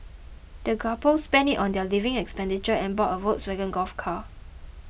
the couple spent it on their living expenditure and bought a Volkswagen Golf car